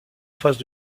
face